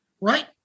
right